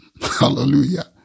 Hallelujah